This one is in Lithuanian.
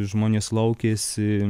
žmonės laukėsi